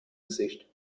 gesicht